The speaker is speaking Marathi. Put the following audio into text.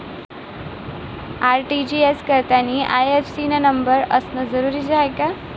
आर.टी.जी.एस करतांनी आय.एफ.एस.सी न नंबर असनं जरुरीच हाय का?